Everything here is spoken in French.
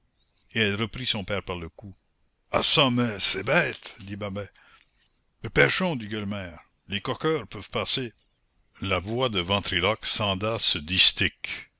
elle reprit son père par le cou ah çà mais c'est bête dit babet dépêchons dit gueulemer les coqueurs peuvent passer la voix de ventriloque scanda